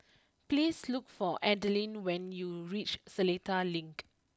please look for Adalynn when you reach Seletar Link